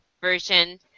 version